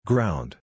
Ground